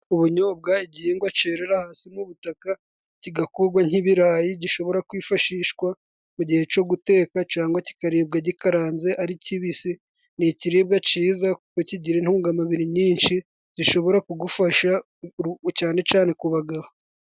Ubunyobwa igihingwa cerera hasi mu butaka kigakurwa nk'ibirayi gishobora kwifashishwa mu gihe co guteka cangwa kikaribwa gikaranze ari kibisi, ni ikiribwa ciza kigira intungamubiri nyinshi zishobora kugufasha cane cane ku bagabo.